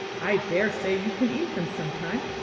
i dare say you can eat them some time.